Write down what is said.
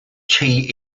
tea